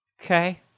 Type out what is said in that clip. Okay